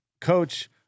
coach